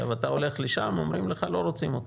אתה הולך לשם, אומרים לך: לא רוצים אותך.